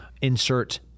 insert